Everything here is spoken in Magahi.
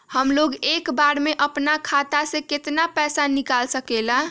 हमलोग एक बार में अपना खाता से केतना पैसा निकाल सकेला?